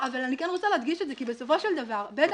אבל אני כן רוצה להדגיש את זה כי בסופו של דבר בית